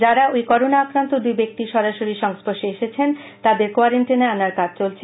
যারা ঐ করোনা আক্রান্ত দুই ব্যক্তির সরাসরি সংস্পর্শে এসেছেন তাদের কোয়ারান্টিনে আনার কাজ চলছে